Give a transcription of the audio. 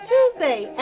Tuesday